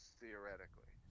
theoretically